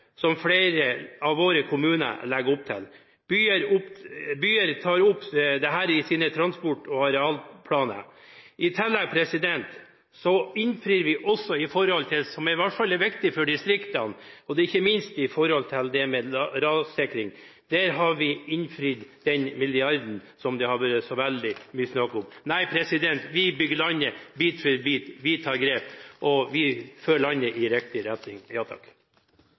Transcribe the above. som flere av våre kommuner legger opp til. Byer tar opp dette i sine transport- og arealplaner. I tillegg innfrir vi også det som i hvert fall er viktig for distriktene, ikke minst når det gjelder rassikringen. Der har vi innfridd den milliarden som det har vært så veldig mye snakk om. Nei, vi bygger landet bit for bit, vi tar grep, og vi fører landet i riktig retning.